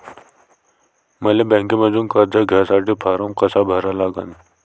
मले बँकेमंधून कर्ज घ्यासाठी फारम कसा भरा लागन?